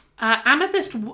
Amethyst